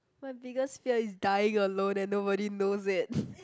my biggest fear is dying alone and nobody knows it